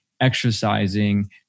Exercising